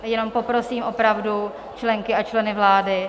Jenom poprosím opravdu členky a členy vlády...